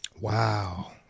Wow